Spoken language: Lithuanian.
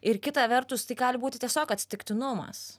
ir kita vertus tai gali būti tiesiog atsitiktinumas